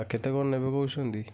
କେତେ କ'ଣ ନେବେ କହୁଛନ୍ତି